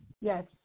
Yes